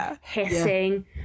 hissing